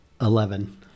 Eleven